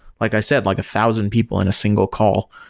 like i said, like a thousand people in a single call.